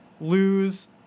lose